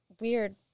weird